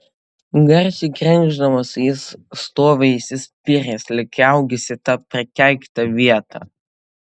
garsiai krenkšdamas jis stovi įsispyręs lyg įaugęs į tą prakeiktą vietą